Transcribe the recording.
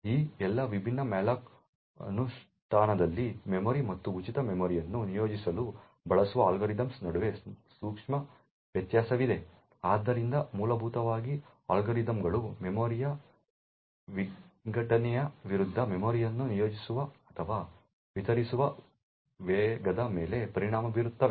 ಈ ಎಲ್ಲಾ ವಿಭಿನ್ನ malloc ಅನುಷ್ಠಾನದಲ್ಲಿ ಮೆಮೊರಿ ಮತ್ತು ಉಚಿತ ಮೆಮೊರಿಯನ್ನು ನಿಯೋಜಿಸಲು ಬಳಸುವ ಅಲ್ಗಾರಿದಮ್ನ ನಡುವೆ ಸೂಕ್ಷ್ಮ ವ್ಯತ್ಯಾಸವಿದೆ ಆದ್ದರಿಂದ ಮೂಲಭೂತವಾಗಿ ಅಲ್ಗಾರಿದಮ್ಗಳು ಮೆಮೊರಿಯ ವಿಘಟನೆಯ ವಿರುದ್ಧ ಮೆಮೊರಿಯನ್ನು ನಿಯೋಜಿಸುವ ಅಥವಾ ವಿತರಿಸುವ ವೇಗದ ಮೇಲೆ ಪರಿಣಾಮ ಬೀರುತ್ತವೆ